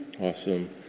Awesome